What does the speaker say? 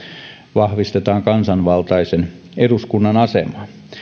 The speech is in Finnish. vahvistetaan kansanvaltaisen eduskunnan asemaa